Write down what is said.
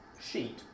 sheet